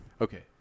Okay